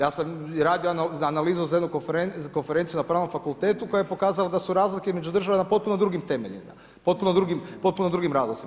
Ja sam radio analizu za jednu konferenciju na Pravnom fakultetu koja je pokazala da su razlike između država na potpuno drugim temeljima, potpuno drugim razlozima.